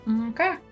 Okay